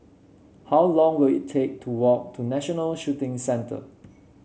how long will it take to walk to National Shooting Centre